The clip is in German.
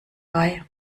bei